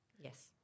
Yes